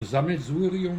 sammelsurium